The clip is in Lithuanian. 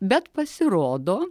bet pasirodo